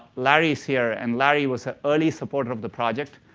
larry's here. and larry was an early supporter of the project.